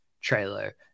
trailer